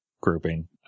grouping